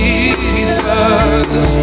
Jesus